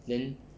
then